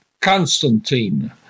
Constantine